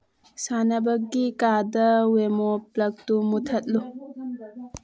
ꯁꯥꯟꯅꯕꯒꯤ ꯀꯥꯗ ꯋꯦꯃꯣ ꯄ꯭ꯂꯛꯇꯨ ꯃꯨꯊꯠꯂꯨ